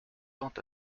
tend